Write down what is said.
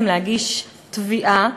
להגיש תביעה,